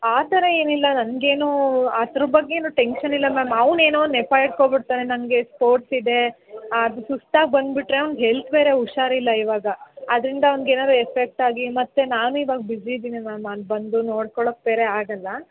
ಆ ಥರ ಏನಿಲ್ಲ ನನ್ಗೆ ಏನೂ ಅದರ ಬಗ್ಗೆ ಏನು ಟೆನ್ಶನ್ ಇಲ್ಲ ಮ್ಯಾಮ್ ಅವ್ನು ಏನೋ ನೆಪ ಇಟ್ಕೊ ಬಿಡ್ತಾನೆ ನಂಗೆ ಸ್ಪೋರ್ಟ್ಸ್ ಇದೇ ಸುಸ್ತು ಆಗಿ ಬಂದುಬಿಟ್ರೆ ಅವ್ನ ಹೆಲ್ತ್ ಬೇರೆ ಹುಷಾರಿಲ್ಲ ಇವಾಗ ಅದರಿಂದ ಅವ್ನಿಗೆ ಏನಾರು ಎಫೆಕ್ಟ್ ಆಗಿ ಮತ್ತು ನಾನು ಇವಾಗ ಬ್ಯುಸಿ ಇದ್ದೀನಿ ಮ್ಯಾಮ್ ಅಲ್ಲಿ ಬಂದು ನೋಡ್ಕೊಳ್ಳೋಕೆ ಬೇರೆ ಆಗೋಲ್ಲ